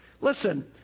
Listen